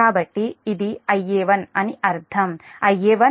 కాబట్టి ఇది Ia1 అని అర్థం